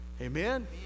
Amen